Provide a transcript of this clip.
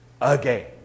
again